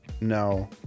no